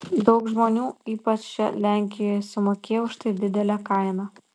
daug žmonių ypač čia lenkijoje sumokėjo už tai didelę kainą